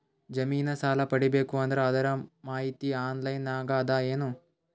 ಜಮಿನ ಸಾಲಾ ಪಡಿಬೇಕು ಅಂದ್ರ ಅದರ ಮಾಹಿತಿ ಆನ್ಲೈನ್ ನಾಗ ಅದ ಏನು?